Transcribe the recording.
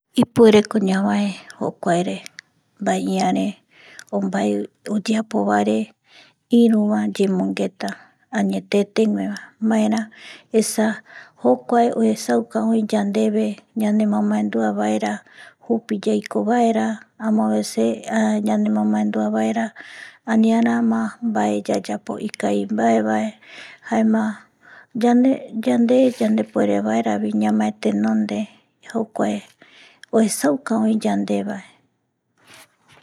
Ipureko ñavae jokuare, mbae ïare o mbae oyeapovaere, iruva yembongeta añetetegua maera esa jokuae oesauka oi yandeve ñanemomaendua vaera jupi yaikovaera amoveces yanemomaendua vaera aniarama mbae yayapo ikavimbaevae jaema yande, yande ipuerevaera ñamae tenonde jokuae oesauka oï yandevae